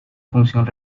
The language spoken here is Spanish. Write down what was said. función